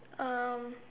um